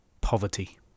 Poverty